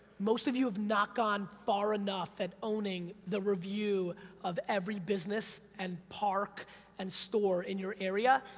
most of you have not gone far enough at owning the review of every business and park and store in your area,